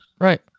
right